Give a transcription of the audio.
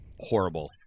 horrible